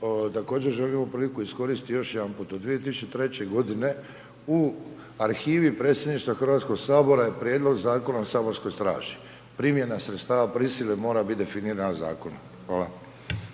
Također želim iskoristiti ovu priliku još jedanput, od 2003. godine u arhivi predsjedništva Hrvatskog sabora je Prijedlog zakona o saborskoj straži, primjena sredstava prisile mora biti definirana zakonom. Hvala.